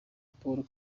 paul